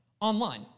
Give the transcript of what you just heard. online